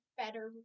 better